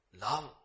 Love